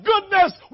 goodness